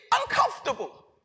uncomfortable